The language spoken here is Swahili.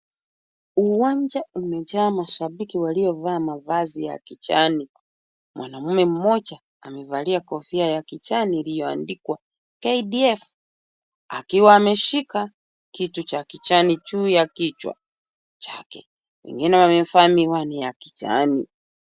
Uwanja umejaa mashabiki waliyovaa mavazi ya kijani. Mwanaume mmoja amevalia kofia ya kijani iliyoandikwa KDF. Akiwa ameshika, kitu cha kijani juu ya kichwa chake, wengine wamevaa miwani ya kijani.